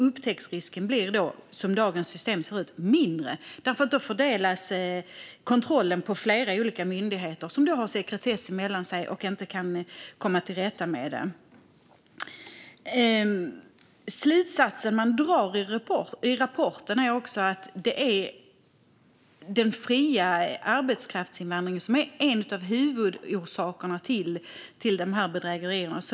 Upptäcktsrisken blir då också mindre, som dagens system ser ut, för då fördelas kontrollen på flera olika myndigheter som har sekretess mellan sig och inte kan komma till rätta med detta. Slutsatsen man drar i rapporten är att den fria arbetskraftsinvandringen är en av huvudorsakerna till bedrägerierna.